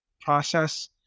process